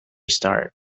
start